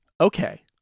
okay